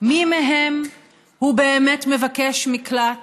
מי מהם הוא באמת מבקש מקלט